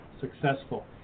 successful